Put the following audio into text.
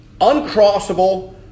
uncrossable